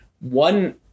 one